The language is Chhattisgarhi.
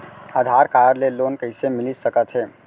आधार कारड ले लोन कइसे मिलिस सकत हे?